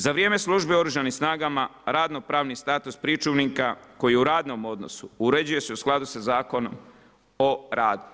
Za vrijeme službe u oružanih snagama, radno pravni status pričuvnika, koji u radnom odnosu uređuju se u skladu sa Zakonom o radu.